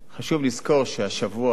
חשוב לזכור שהשבוע,